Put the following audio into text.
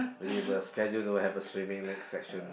we will schedule to have a swimming next session